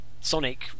Sonic